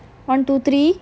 one two three